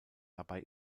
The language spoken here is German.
dabei